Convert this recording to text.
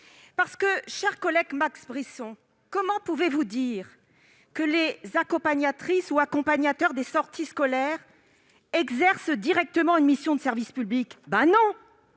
mes chers collègues. Monsieur Brisson, comment pouvez-vous dire que les accompagnatrices ou les accompagnateurs de sorties scolaires exercent directement une mission de service public ? Ils ne